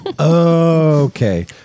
Okay